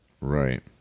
Right